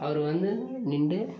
அவர் வந்து நின்டு